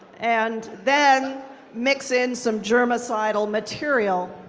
and then mix in some germicidal material.